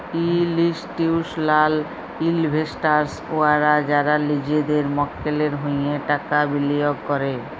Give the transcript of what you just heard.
institutional investors উয়ারা যারা লিজেদের মক্কেলের হঁয়ে টাকা বিলিয়গ ক্যরে